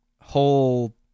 whole